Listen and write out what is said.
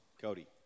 Cody